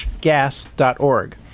gas.org